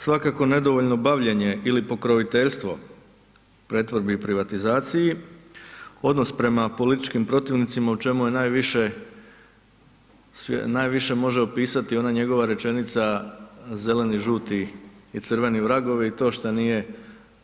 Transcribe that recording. Svakako nedovoljno bavljenje ili pokroviteljstvo pretvorbi i privatizaciji, odnos prema političkim protivnicima u čemu je najviše, najviše može opisati ona njegova rečenica, zeleni, žuti i crveni vragovi i to šta nije